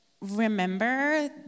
remember